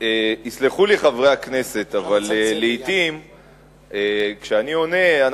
יסלחו לי חברי הכנסת אבל לעתים כשאני עונה,